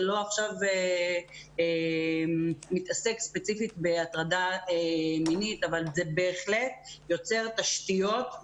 זה לא עכשיו מתעסק ספציפית בהטרדה מינית אבל זה בהחלט יוצר תשתיות.